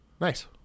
Nice